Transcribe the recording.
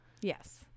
Yes